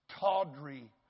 tawdry